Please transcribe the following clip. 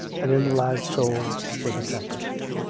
and in the lad's soul was a tempest.